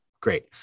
Great